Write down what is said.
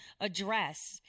address